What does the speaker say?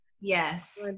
Yes